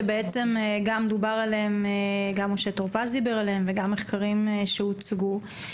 עליהם דיבר משה טור פז וגם מחקרים אחרים שהוצגו,